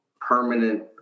permanent